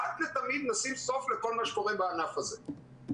אחת ולתמיד נשים סוף לכל מה שקורה בענף הזה.